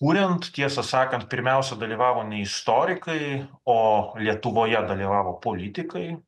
kuriant tiesą sakant pirmiausia dalyvavo ne istorikai o lietuvoje dalyvavo politikai